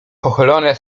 pochylone